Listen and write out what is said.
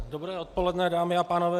Dobré odpoledne, dámy a pánové.